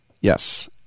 Yes